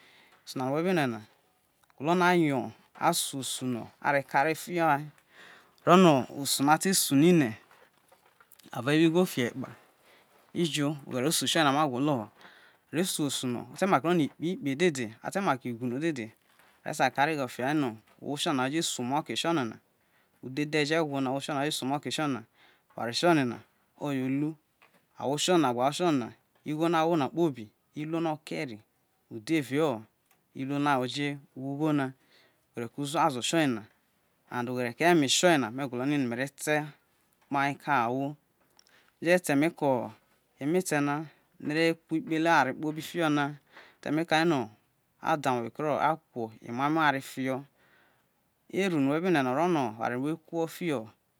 osu na no we̱ be me̱ na ogwo̱lo̱ no̱ na a su eluo no are kereghe fi a he o̱no̱ no̱ osu na te su ni rie ave̱ wo igho ifo ekpa ijo oghere osu tio ye ma gwolo ho a re suo osu no te make ro̱no̱ ikpe ikpe dede a t meke wu are gbe kareghe fio osu ye no owho tio na je su o mai oki tio na udhedhe jo̱ e̱gwo ma owho tiona je su omai oketiona owar tiona oye ohe ahwo tiona gbe ahwo tiona igho no awo na kpobi ugho no̱ oke ri uderio iruo na oje wo igho na, oghere ke uzuazo tio ne na oye me gwo̱lo̱ me̱re̱ ta ke ahwo me je ta e̱me ko eme̱te na ne re kuo ikpele avare fio na re a duo omo ma re a kuo emana o̱ eware fio eru no we be rue̱ na o̱ro̱no̱ oware re no